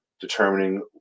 determining